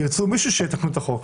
ירצה מישהו, שיתקן את החוק.